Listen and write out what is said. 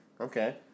Okay